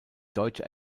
deutsche